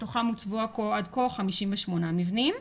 מתוכם הוצבו עד כה 58 מבנים.